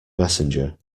messenger